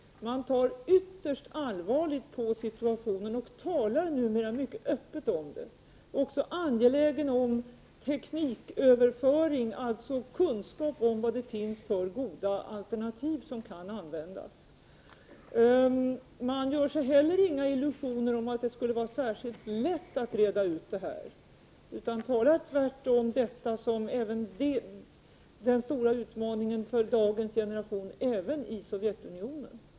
Man tar ytterst allvarligt på situationen, och talar numera mycket öppet om den. Man är också angelägen om tekniköverföringar, dvs. kunskap om vilka goda alternativ som kan användas. Man gör sig heller inga illusioner om att det skulle vara särskilt lätt att reda ut detta, utan tar detta tvärtom som den stora utmaningen för dagens generation i Sovjetunionen.